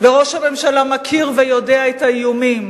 וראש הממשלה מכיר ויודע את האיומים